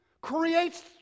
creates